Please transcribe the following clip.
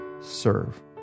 serve